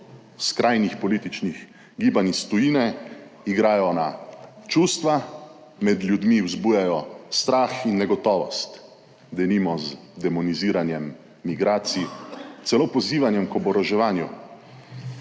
skrajnih političnih gibanj iz tujine igrajo na čustva, med ljudmi vzbujajo strah in negotovost denimo z demoniziranjem migracij celo pozivanjem k oboroževanju.